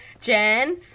Jen